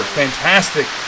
fantastic